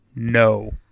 no